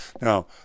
Now